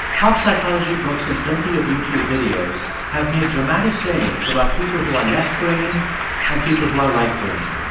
pop psychology books and plenty of youtube videos have made dramatic claims about people who are left-brained and people who are right-brained.